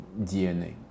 DNA